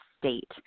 state